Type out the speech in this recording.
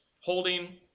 holding